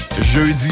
Jeudi